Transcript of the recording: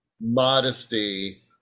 modesty